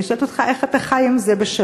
אני שואלת אותך: איך אתה חי עם זה בשלום,